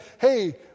hey